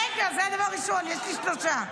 רגע, זה דבר ראשון, יש לי שלושה.